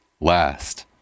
last